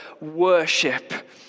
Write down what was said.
worship